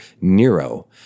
Nero